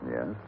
Yes